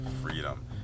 freedom